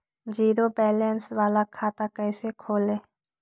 Zero balance बाला खाता कैसे खोले?